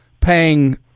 paying